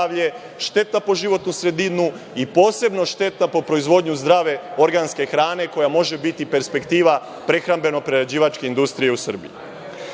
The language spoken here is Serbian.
šteta po životnu sredinu i posebno šteta po proizvodnju zdrave organske hrane, koja može biti perspektiva prehrambeno prerađivačke industrije u Srbiji. Šta